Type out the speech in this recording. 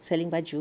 selling baju